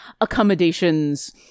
accommodations